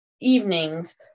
evenings